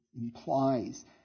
implies